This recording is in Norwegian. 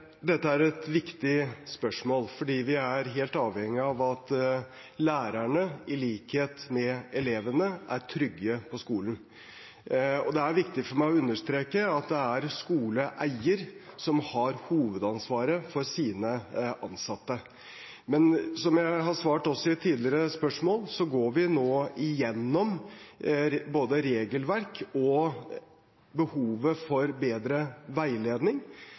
Dette er et viktig spørsmål fordi vi er helt avhengig av at lærerne, i likhet med elevene, er trygge på skolen. Det er viktig for meg å understreke at det er skoleeier som har hovedansvaret for sine ansatte. Men som jeg også har svart på et tidligere spørsmål, går vi nå igjennom både regelverk og behovet for bedre veiledning.